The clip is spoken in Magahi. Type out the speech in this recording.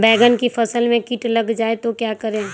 बैंगन की फसल में कीट लग जाए तो क्या करें?